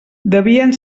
devien